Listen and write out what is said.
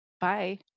Bye